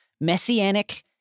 Messianic